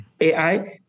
AI